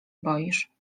boisz